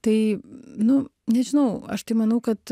tai nu nežinau aš tai manau kad